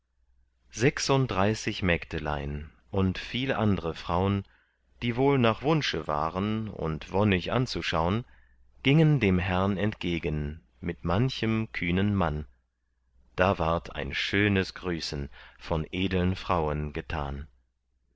sechsunddreißig mägdelein und viel andre fraun die wohl nach wunsche waren und wonnig anzuschaun gingen dem herrn entgegen mit manchem kühnen mann da ward ein schönes grüßen von edeln frauen getan